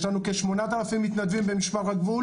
יש לנו כ-8,000 מתנדבים במשמר הגבול,